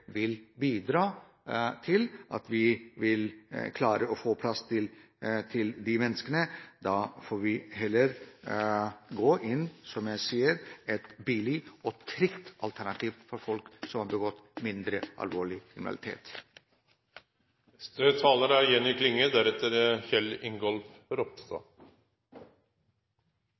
vil bidra til at vi klarer å få plass til disse menneskene. Da får vi heller gå inn med et billig og trygt alternativ for folk som har begått mindre alvorlig